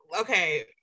okay